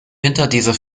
winterdiesel